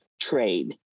trade